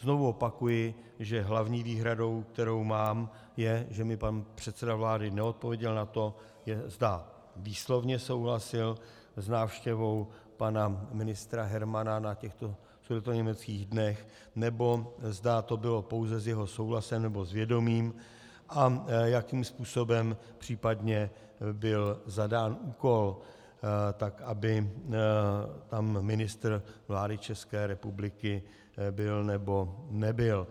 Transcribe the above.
Znovu opakuji, že hlavní výhradou, kterou mám, je to, že mi pan předseda vlády neodpověděl na to, zda výslovně souhlasil s návštěvou pana ministra Hermana na těchto sudetoněmeckých dnech, nebo zda to bylo pouze s jeho souhlasem nebo s vědomím a jakým způsobem případně byl zadán úkol, tak aby tam ministr vlády České republiky byl, nebo nebyl.